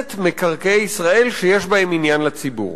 מועצת מקרקעי ישראל שיש בהן עניין לציבור.